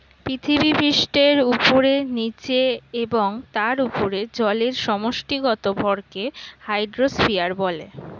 পৃথিবীপৃষ্ঠের উপরে, নীচে এবং তার উপরে জলের সমষ্টিগত ভরকে হাইড্রোস্ফিয়ার বলে